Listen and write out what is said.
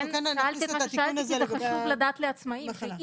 חשוב לדעת שהעצמאים,